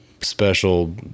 special